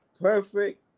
perfect